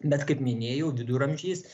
bet kaip minėjau viduramžiais